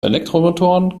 elektromotoren